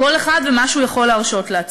כל אחד ומה שהוא יכול להרשות לעצמו.